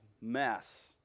mess